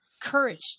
courage